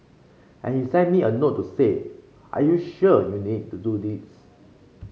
and he sent me a note to say are you sure you need to do this